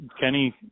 Kenny